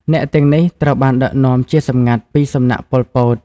អ្នកទាំងនេះត្រូវបានដឹកនាំជាសម្ងាត់ ពីសំណាក់ ប៉ុល ពត ។